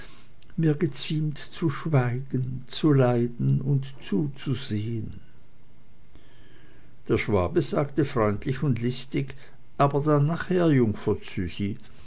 mir geziemt zu schweigen zu leiden und zuzusehen der schwabe sagte freundlich und listig aber dann nachher jungfer